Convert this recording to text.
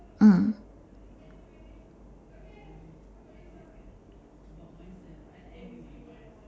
mm